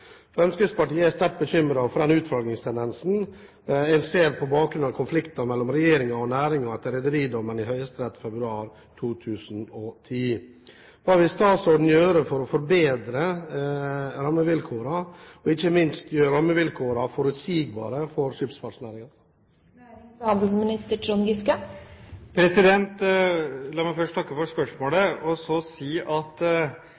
Fremskrittspartiet er sterkt bekymret for utflaggingstendensen en ser på bakgrunn av konflikten mellom regjeringen og næringen etter rederidommen i Høyesterett februar 2010. Hva vil statsråden gjøre for å bedre rammevilkårene, og ikke minst gjøre rammevilkårene forutsigbare for skipsfartsnæringen?» La meg først takke for spørsmålet.